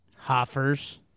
Hoffers